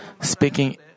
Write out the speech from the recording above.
Speaking